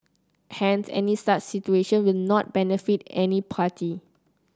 hence any such situation will not benefit any party